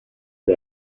the